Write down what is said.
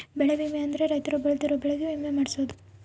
ಬೆಳೆ ವಿಮೆ ಅಂದ್ರ ರೈತರು ಬೆಳ್ದಿರೋ ಬೆಳೆ ಗೆ ವಿಮೆ ಮಾಡ್ಸೊದು